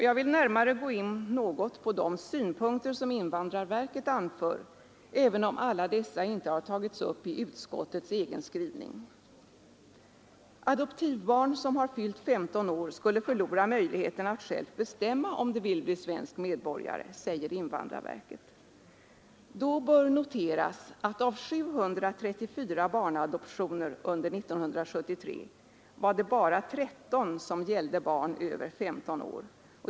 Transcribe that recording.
Jag vill något närmare gå in på de synpunkter som invandrarverket anför, även om alla dessa inte har tagits upp i utskottets egen skrivning. Adoptivbarn, som fyllt 15 år, skulle förlora möjligheten att självt bestämma om det vill bli svensk medborgare, säger invandrarverket. Då bör noteras att av 734 barnadoptioner under 1973 var det bara 13 som gällde barn över 15 år.